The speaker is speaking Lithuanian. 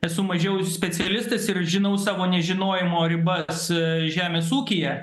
esu mažiau specialistas ir žinau savo nežinojimo ribas žemės ūkyje